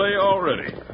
already